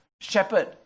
shepherd